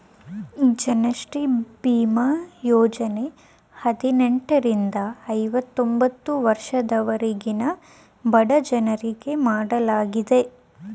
ಜನಶ್ರೀ ಬೀಮಾ ಯೋಜನೆ ಹದಿನೆಂಟರಿಂದ ಐವತೊಂಬತ್ತು ವರ್ಷದವರೆಗಿನ ಬಡಜನರಿಗೆ ಮಾಡಲಾಗಿದೆ